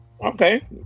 okay